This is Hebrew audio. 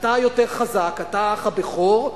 אתה יותר חזק, אתה האח הבכור.